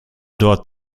dort